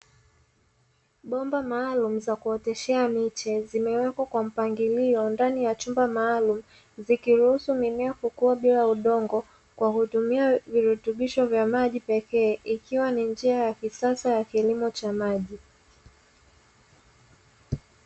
Bomba maalumu za kuoteshea miche zimewekwa kwa mpangilio ndani ya chumba maalumu, zikiruhusu mimea kukua bila udongo kwa kutumia virutubisho vya maji pekee, ikiwa ni njia ya kisasa ya kilimo cha maji.